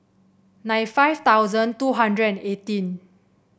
ninety five thousand two hundred and eighteen